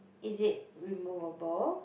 is it removable